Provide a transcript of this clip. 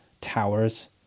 towers